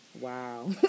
Wow